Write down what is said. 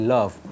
Love